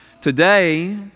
Today